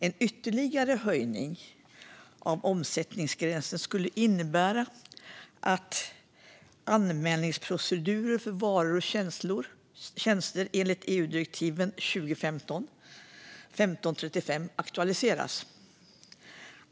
En ytterligare höjning av omsättningsgränsen skulle innebära att anmälningsprocedurer för varor och tjänster enligt EU-direktivet 2015/1535 aktualiseras.